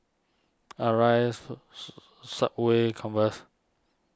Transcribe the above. Arai Subway Converse